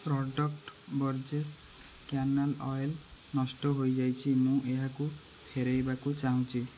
product Borges canola oil ନଷ୍ଟ ହେଇଯାଇଛି ମୁଁ ଏହାକୁ ଫେରାଇବାକୁ ଚାହୁଁଛି